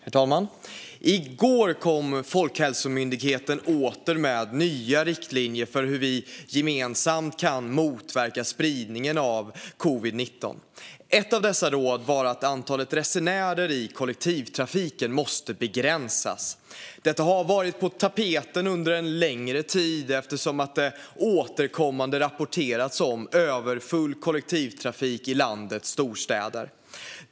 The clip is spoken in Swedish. Herr talman! I går kom Folkhälsomyndigheten åter med nya riktlinjer för hur vi gemensamt kan motverka spridningen av covid-19. Ett av dessa råd var att antalet resenärer i kollektivtrafiken måste begränsas. Detta har varit på tapeten under en längre tid eftersom det återkommande har rapporterats om överfull kollektivtrafik i landets storstäder.